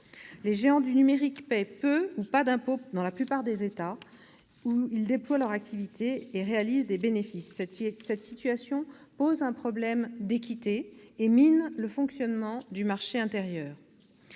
Les géants du numérique paient peu ou pas d'impôts dans la plupart des États où ils déploient leur activité et réalisent des bénéfices. Cette situation pose un problème d'équité et mine le fonctionnement du marché intérieur.